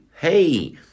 hey